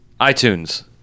iTunes